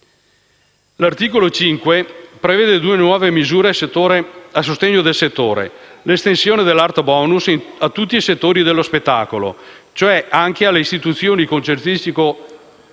L'articolo 5 prevede due nuove misure a sostegno del settore: l'estensione dell'Art Bonus a tutti i settori dello spettacolo (cioè anche alle istituzioni concertistico-orchestrali,